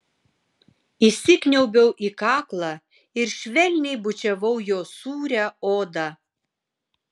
įsikniaubiau į kaklą ir švelniai bučiavau jo sūrią odą